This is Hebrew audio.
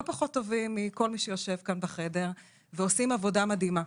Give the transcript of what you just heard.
פחות טובים מכל מי שיושב כאן בחדר ועושים עבודה מדהימה.